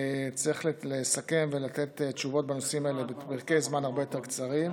וצריך לסכם ולתת תשובות בנושאים האלה בפרקי זמן הרבה יותר קצרים.